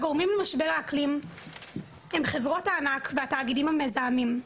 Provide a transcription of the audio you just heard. הגורמים למשבר האקלים הם חברות הענק והתאגידים המזהמים,